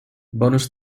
bonus